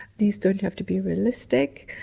these don't have to be realistic,